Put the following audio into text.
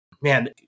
man